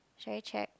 should I check